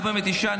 49,